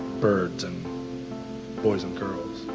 birds and boys and girls